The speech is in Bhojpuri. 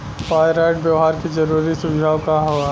पाइराइट व्यवहार के जरूरी सुझाव का वा?